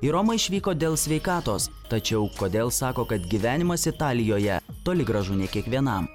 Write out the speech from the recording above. į romą išvyko dėl sveikatos tačiau kodėl sako kad gyvenimas italijoje toli gražu ne kiekvienam